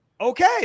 okay